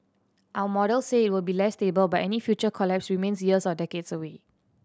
our models say it will be less stable but any future collapse remains years or decades away